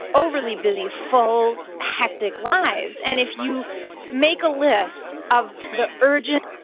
overly busy, full, hectic lives, and if you make a list of the urgent,